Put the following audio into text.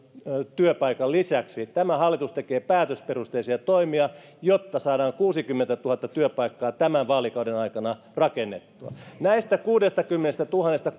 työpaikan lisäksi tämä hallitus tekee päätösperusteisia toimia jotta saadaan kuusikymmentätuhatta työpaikkaa tämän vaalikauden aikana rakennettua näistä kuudestakymmenestätuhannesta